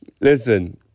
listen